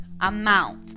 amount